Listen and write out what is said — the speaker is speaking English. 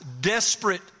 desperate